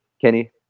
Kenny